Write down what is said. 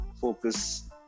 focus